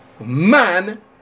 man